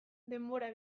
denbora